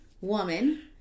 woman